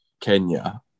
Kenya